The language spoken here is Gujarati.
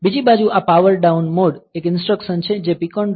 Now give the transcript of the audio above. બીજી બાજુ આ પાવર ડાઉન મોડ એક ઇન્સ્ટ્રક્સન જે PCON